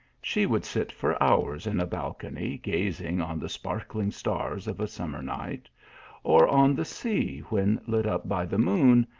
she would sit for hours in a balcony gazing on the spark ling stars of a summer night or on the sea when lit up by the moon,